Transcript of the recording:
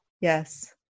Yes